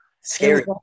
Scary